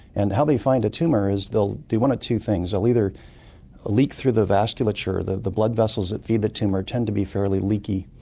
and how they find a tumour is they'll do one of two things they'll either leak through the vasculature. the the blood vessels that feed the tumour tend to be fairly leaky,